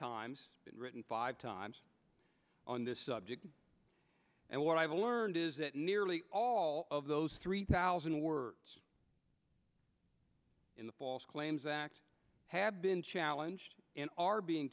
times been written five times on this subject and what i've learned is that nearly all of those three thousand words in the false claims act have been challenged and are being